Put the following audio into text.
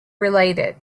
related